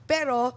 Pero